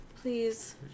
Please